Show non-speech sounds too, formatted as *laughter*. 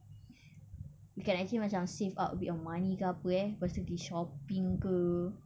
*breath* we can actually macam save up a bit of money ke apa eh lepas tu pergi shopping ke